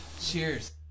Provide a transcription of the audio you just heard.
Cheers